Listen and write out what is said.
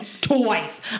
twice